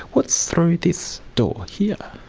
what's through this door here?